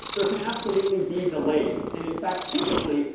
there can absolutely be delays. and in fact, typically,